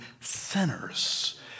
sinners